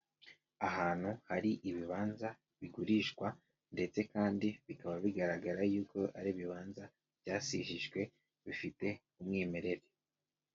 Ahantu hari ibibanza bigurishwa ndetse kandi bikaba bigaragara yuko ari ibibanza byasijijwe bifite umwimerere.